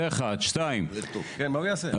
כמו כן,